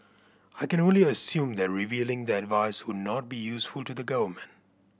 I can only assume that revealing the advice would not be useful to the government